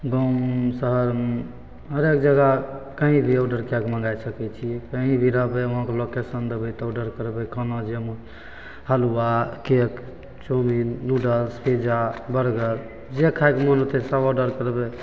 गाममे शहरमे हरेक जगह कहीँ भी ऑडर कै के मँगै सकै छिए कहीँ भी रहबै वहाँके लोकेशन देबै तऽ ऑडर करबै खाना जे मोन हलुआ cake chowmein noodles pizza burger जे खाइके मोन होतै सब ऑडर करबै